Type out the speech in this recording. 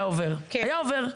היה עובר היה עובר.